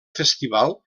festival